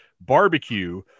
barbecue